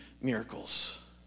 miracles